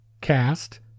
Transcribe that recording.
cast